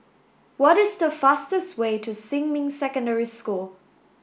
what is the fastest way to Xinmin Secondary School